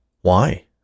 Why